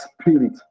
spirit